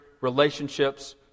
relationships